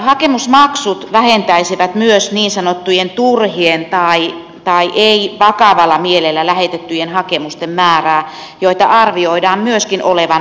hakemusmaksut vähentäisivät myös niin sanottujen turhien ei vakavalla mielellä lähetettyjen hakemusten määrää joita arvioidaan myöskin olevan runsaasti